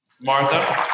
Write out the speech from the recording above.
Martha